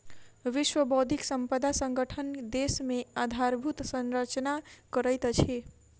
विश्व बौद्धिक संपदा संगठन देश मे आधारभूत संरचना करैत अछि